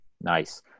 nice